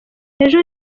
ejo